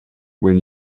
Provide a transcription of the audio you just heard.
when